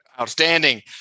Outstanding